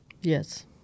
Yes